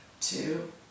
two